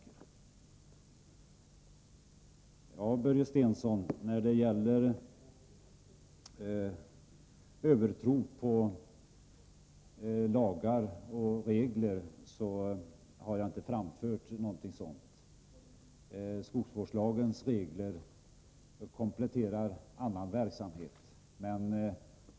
Jag har inte, Börje Stensson, någon övertro på lagar och regler. Skogsvårdslagens regler kompletterar annan verksamhet.